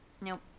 Nope